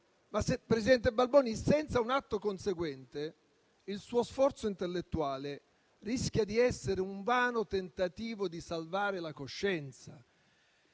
presidente Balboni, senza un atto conseguente il suo sforzo intellettuale rischia di essere un vano tentativo di salvare la coscienza